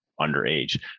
underage